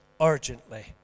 urgently